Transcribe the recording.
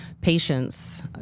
patients